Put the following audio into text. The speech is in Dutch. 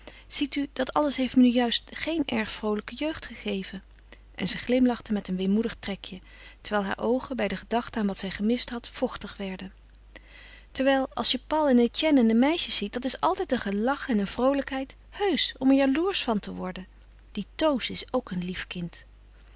ziet u dat alles heeft me nu juist geen erg vroolijke jeugd gegeven en ze glimlachte met een weemoedig trekje terwijl haar oogen bij de gedachte aan wat zij gemist had vochtig werden terwijl als je paul en etienne en de meisjes ziet dat is altijd een gelach en een vroolijkheid heusch om er jaloersch van te worden die toos is ook een lief kind